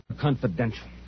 confidential